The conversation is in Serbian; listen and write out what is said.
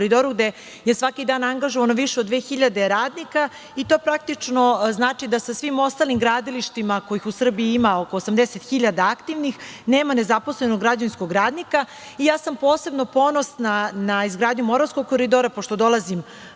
gde je svaki dan angažovano više od 2000 radnika. To praktično znači da sa svim ostalim gradilištima, kojih u Srbiji ima oko 80 hiljada aktivnih, nema nezaposlenog građevinskog radnika. Posebno sam ponosna na izgradnju Moravskog koridora, pošto dolazim